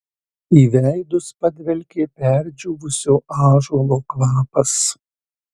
į veidus padvelkė perdžiūvusio ąžuolo kvapas